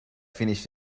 finished